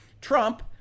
Trump